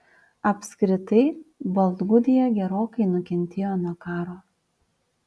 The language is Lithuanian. apskritai baltgudija gerokai nukentėjo nuo karo